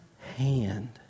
hand